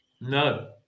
no